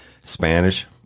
Spanish